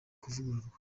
kuvugururwa